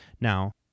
Now